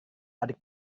adik